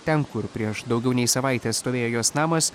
ten kur prieš daugiau nei savaitę stovėjo jos namas